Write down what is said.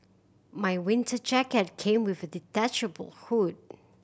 my winter jacket came with a detachable hood